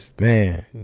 man